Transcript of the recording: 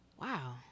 Wow